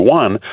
one